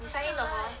I send you right